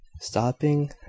stopping